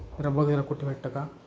जरा बघ जरा कुठे भेटतं का